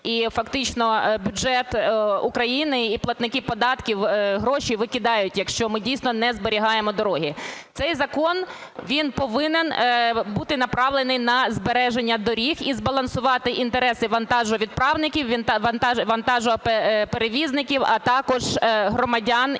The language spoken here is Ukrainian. і фактично бюджет України, і платники податків гроші викидають, якщо ми дійсно не зберігаємо дороги. Цей закон, він повинен бути направлений на збереження доріг і збалансувати інтереси вантажовідправників, вантажоперевізників, а також громадян